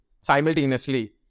simultaneously